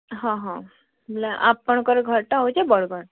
ହଁ ହଁ ବେଲେ ଆପଣ୍ଙ୍କର୍ ଘର୍ଟା ହଉଛେ ବର୍ଗଡ଼୍